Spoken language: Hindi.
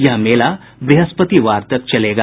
यह मेला व्रहस्पतिवार तक चलेगा